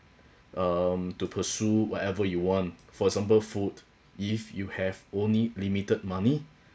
um to pursue whatever you want for example food if you have only limited money